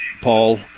Paul